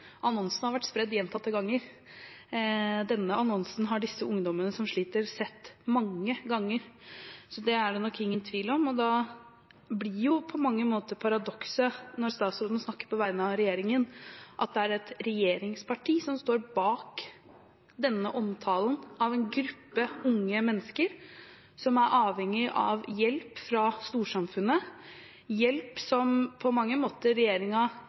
annonsen har vært spredt gjentatte ganger. Denne annonsen har disse ungdommene som sliter, sett mange ganger. Det er det nok ingen tvil om, og da blir jo på mange måter paradokset – siden statsråden snakker på vegne av regjeringen – at det er et regjeringsparti som står bak denne omtalen av en gruppe unge mennesker som er avhengig av hjelp fra storsamfunnet, hjelp som regjeringen på mange måter